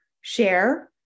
share